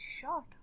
short